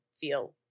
feel